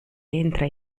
entra